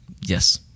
Yes